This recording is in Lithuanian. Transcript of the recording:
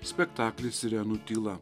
spektaklį sirenų tyla